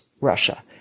Russia